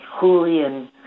Julian